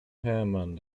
herman